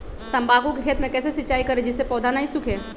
तम्बाकू के खेत मे कैसे सिंचाई करें जिस से पौधा नहीं सूखे?